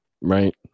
Right